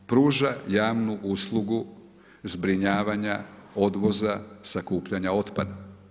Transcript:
Znači, pruža javnu uslugu zbrinjavanja odvoza sakupljanja otpada.